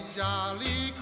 jolly